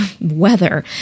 weather